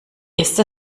ist